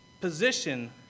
position